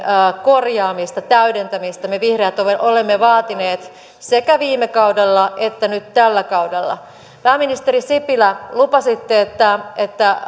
korjaamista täydentämistä me vihreät olemme vaatineet sekä viime kaudella että nyt tällä kaudella pääministeri sipilä lupasitte että että